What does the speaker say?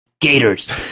Gators